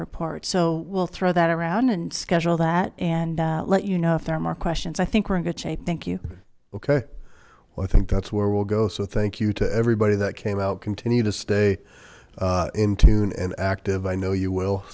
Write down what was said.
report so we'll throw that around and schedule that and let you know if there are more questions i think we're in good shape thank you okay well i think that's where we'll go so thank you to everybody that came out continue to stay in tune and active i know you will